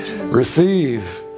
receive